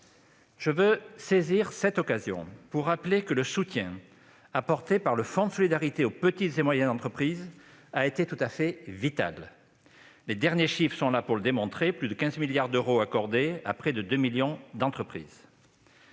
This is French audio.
Je veux saisir cette occasion pour rappeler que le soutien apporté par le fonds de solidarité aux petites et moyennes entreprises a été tout à fait vital. Les derniers chiffres sont là pour le démontrer : plus de 15 milliards d'euros ont ainsi été accordés à près de 2 millions d'entreprises.